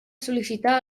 sol·licitar